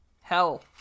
Hell